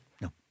No